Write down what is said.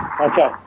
Okay